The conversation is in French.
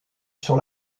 sur